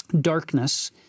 darkness